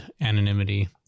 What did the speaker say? anonymity